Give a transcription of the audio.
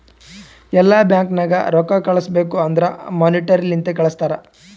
ಎಲ್ಲಾ ಬ್ಯಾಂಕ್ ನಾಗ್ ರೊಕ್ಕಾ ಕಳುಸ್ಬೇಕ್ ಅಂದುರ್ ಮೋನಿಟರಿ ಲಿಂತೆ ಕಳ್ಸುತಾರ್